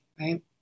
right